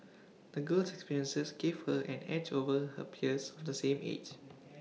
the girl's experiences gave her an edge over her peers of the same age